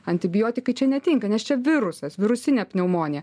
antibiotikai čia netinka nes čia virusas virusinė pneumonija